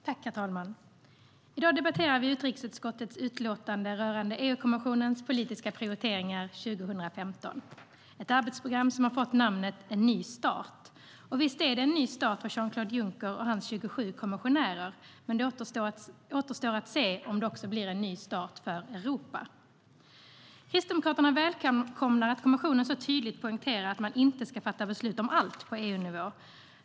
Herr talman! I dag debatterar vi utrikesutskottets utlåtande rörande EU-kommissionens politiska prioriteringar för 2015. Arbetsprogrammet har fått namnet En ny startKristdemokraterna välkomnar att kommissionen tydligt poängterar att man inte ska fatta beslut om allt på EU-nivå.